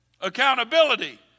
Accountability